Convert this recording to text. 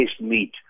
meat